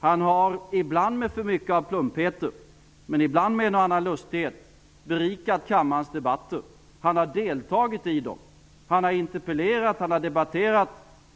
Han har, ibland med för mycket av plumpheter men ibland med en och annan lustighet, berikat kammarens debatter. Han har deltagit i dem. Han har interpellerat och debatterat.